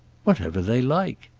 whatever they like.